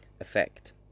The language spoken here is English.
effect